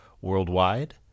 worldwide